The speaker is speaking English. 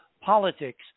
politics